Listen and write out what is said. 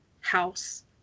House